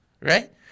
right